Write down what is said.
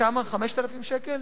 5,000 שקלים?